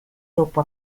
dopo